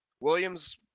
Williams